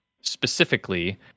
specifically